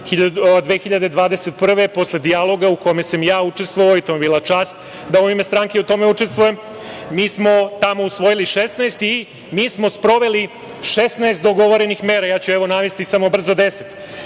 posle dijaloga u kome sam i ja učestvovao i to mi je bila čast da u ime stranke i u tome učestvujem, mi smo tamo osvojili 16 i mi smo sproveli 16 dogovorenih mera. Ja ću navesti samo brzo 10.